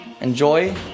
Enjoy